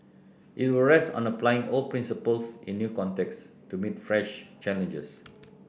it will rest on applying old principles in new contexts to meet fresh challenges